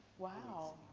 wow.